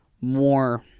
more